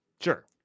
Sure